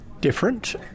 Different